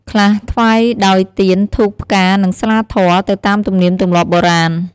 ខ្លះថ្វាយដោយទៀន ធូប ផ្កា និងស្លាធម៌ ទៅតាមទំនៀមទម្លាប់បុរាណ។